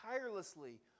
tirelessly